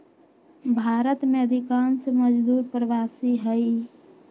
भारत में अधिकांश मजदूर प्रवासी हई